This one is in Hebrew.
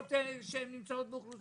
קבוצות שנמצאות באוכלוסיות.